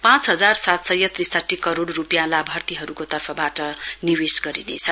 पाँच हजार सात सय त्रिसाठी करोड़ रूपियाँ लाभार्थीहरूको तर्फबाट निवेश गरिनेछ